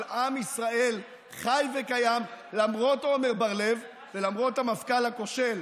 אבל עם ישראל חי וקיים למרות עמר בר לב ולמרות המפכ"ל הכושל,